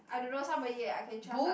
I don't know somebody that I can trust ah